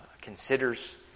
considers